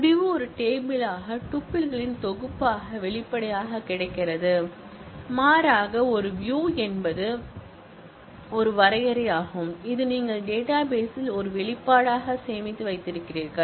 முடிவு ஒரு டேபிள் யாக டுபில்களின் தொகுப்பாக வெளிப்படையாகக் கிடைக்கிறது மாறாக ஒரு வியூ என்பது ஒரு வரையறையாகும் இது நீங்கள் டேட்டாபேஸ் ல் ஒரு வெளிப்பாடாக சேமித்து வைத்திருக்கிறீர்கள்